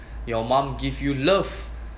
your mum give you love